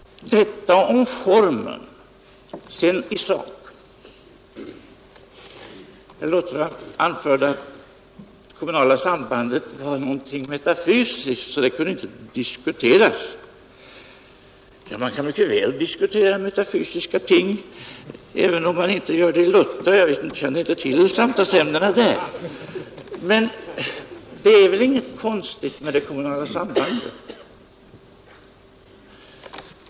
Detta om formen. Sedan i sak. Herr Larsson i Luttra anförde att det kommunala sambandet var något metafysiskt, varför det inte kunde diskuteras. Jo, man kan mycket väl diskutera metafysiska ting, även om man inte gör det i Luttra — jag känner inte till samtalsämnena där. Det är väl ingenting konstigt med det kommunala sambandet.